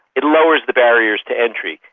it lowers the barriers to entry,